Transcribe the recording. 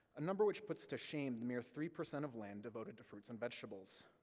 a number which puts to shame the mere three percent of land devoted to fruits and vegetables.